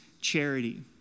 charity